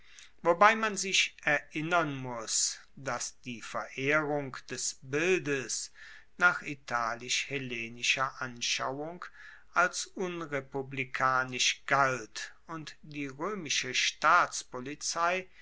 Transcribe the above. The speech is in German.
wobei man sich erinnern muss dass die verehrung des bildes nach italisch hellenischer anschauung als unrepublikanisch galt und die roemische staatspolizei